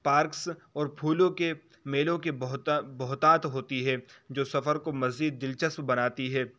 parks اور پھولوں کے میلوں کے بہتات ہوتی ہے جو سفر کو مزید دلچسپ بناتی ہے